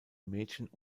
mädchen